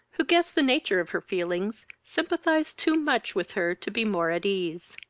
who guessed the nature of her feelings, sympathized too much with her to be more at ease.